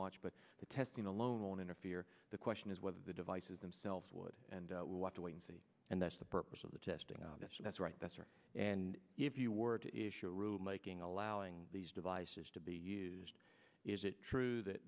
watch but the testing alone interfere the question is whether the devices themselves would and will want to wait and see and that's the purpose of the testing that's that's right that's right and if you were to issue a room making allowing these devices to be used is it true that